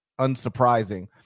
unsurprising